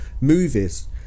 movies